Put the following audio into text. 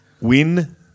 win